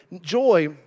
joy